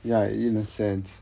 ya in a sense